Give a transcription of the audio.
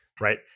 right